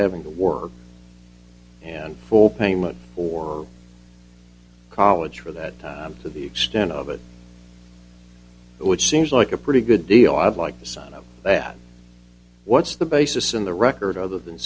having to work and full payment or college for that to the extent of it which seems like a pretty good deal i'd like the sound of that what's the basis in the record oth